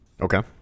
okay